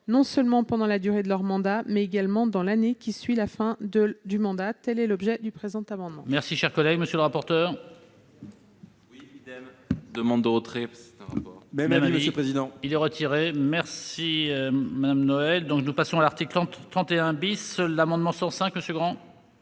non seulement pendant la durée de leur mandat, mais également dans l'année qui suit la fin de mandat. Quel est l'avis de la commission